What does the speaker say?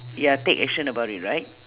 ya take action about it right